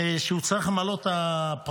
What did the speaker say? כשהוא צריך למלא את הפרטים.